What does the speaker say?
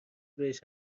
بهش